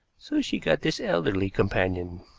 so she got this elderly companion.